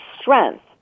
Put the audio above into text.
strength